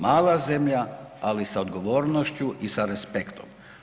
Mala zemlja ali sa odgovornošću i sa respektom.